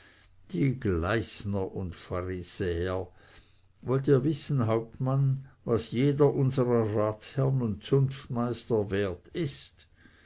die gleisner und pharisäer wollt ihr wissen hauptmann was jeder unsrer ratsherren und zunftmeister wert ist